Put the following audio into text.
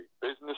business